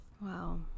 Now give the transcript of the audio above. Wow